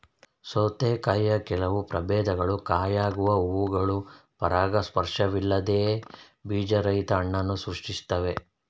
ಸೌತೆಕಾಯಿಯ ಕೆಲವು ಪ್ರಭೇದಗಳು ಕಾಯಾಗುವ ಹೂವುಗಳು ಪರಾಗಸ್ಪರ್ಶವಿಲ್ಲದೆಯೇ ಬೀಜರಹಿತ ಹಣ್ಣನ್ನು ಸೃಷ್ಟಿಸ್ತವೆ